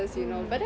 mm